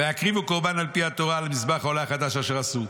"ויקריבו קורבן על פי התורה על מזבח העולה החדש אשר עשו.